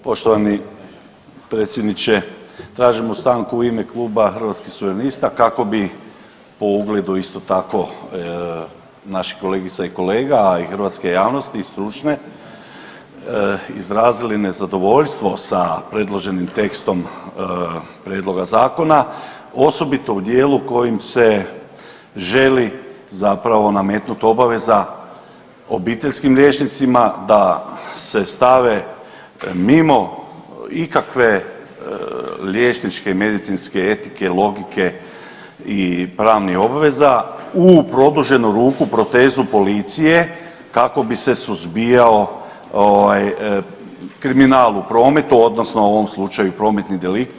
Poštovani predsjedniče tražimo stanku u ime kluba Hrvatskih suverenista kako bi po ugledu isto tako naših kolegica i kolega, a i hrvatske javnosti stručne izrazili nezadovoljstvo sa predloženim tekstom Prijedloga zakona osobito u dijelu kojim se želi zapravo nametnuti obaveza obiteljskim liječnicima da se stave mimo ikakve liječničke i medicinske etike, logike i pravnih obveza u produženu ruku, protezu policije kako bi se suzbijao kriminal u prometu, odnosno u ovom slučaju prometni delikti.